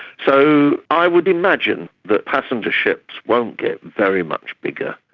so i would imagine that passenger ships won't get very much bigger.